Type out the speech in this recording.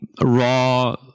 raw